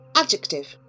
adjective